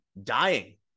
dying